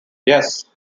yes